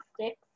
sticks